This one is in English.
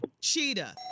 Cheetah